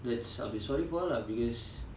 that's I'll be sorry for her lah because